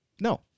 no